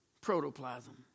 protoplasm